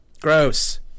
Gross